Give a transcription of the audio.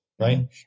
Right